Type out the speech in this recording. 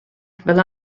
fel